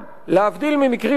להבדיל ממקרים אחרים,